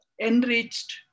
enriched